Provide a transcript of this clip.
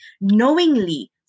knowingly